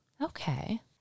Okay